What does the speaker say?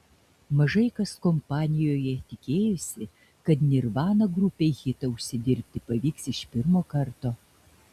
mažai kas kompanijoje tikėjosi kad nirvana grupei hitą užsidirbti pavyks iš pirmo karto